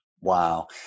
Wow